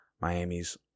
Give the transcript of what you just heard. Miami's